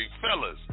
fellas